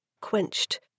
quenched